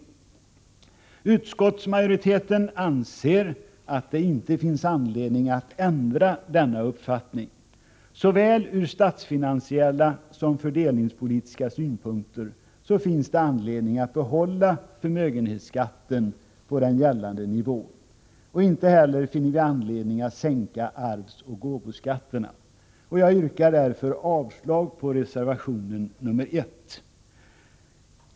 Utskottsmajoriteten anser att det inte finns anledning att ändra denna uppfattning. Såväl från statsfinansiella som från fördelningspolitiska synpunkter finns det anledning att bibehålla förmögenhetsskatten på den gällande nivån. Ej heller finner vi anledning att sänka arvsoch gåvoskatterna. Jag yrkar därför avslag på reservation 1.